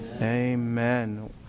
Amen